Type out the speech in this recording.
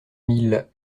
mille